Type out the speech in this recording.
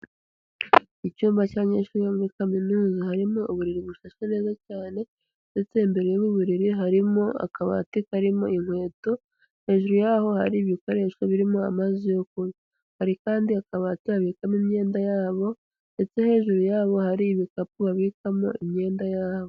Icyumba cy'abanyeshuri bo muri kaminuza, harimo uburiri bushashwe neza cyane, ndetse imbere y'ubu buriri harimo akabati karimo inkweto, hejuru yaho hari ibikoresho birimo amazi yo kunywa. Hari kandi akabati babikamo imyenda yabo, ndetse hejuru yabo hari ibikapu babikamo imyenda yabo.